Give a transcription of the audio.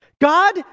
God